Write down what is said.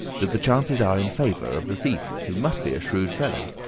that the chances are in favour of the thief, who must be a shrewd fellow.